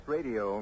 Radio